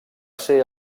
ser